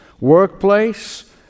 workplace